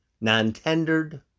non-tendered